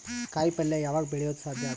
ಕಾಯಿಪಲ್ಯ ಯಾವಗ್ ಬೆಳಿಯೋದು ಸಾಧ್ಯ ಅದ?